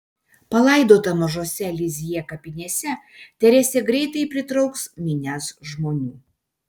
palaidota mažose lizjė kapinėse teresė greitai pritrauks minias žmonių